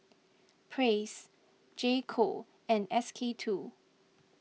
Praise J Co and S K two